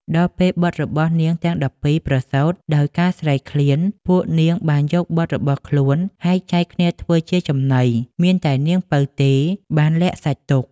ដល់ពេលបុត្ររបស់នាងទាំង១២ប្រសូត ដោយការស្រេកឃ្លាន ពួកនាងបានយកបុត្ររបស់ខ្លួនហែកចែកគ្នាធ្វើជាចំណី មានតែនាងពៅទេបានលាក់សាច់ទុក។